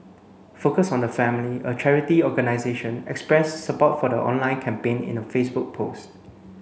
focus on the family a charity organisation expressed support for the online campaign in a Facebook post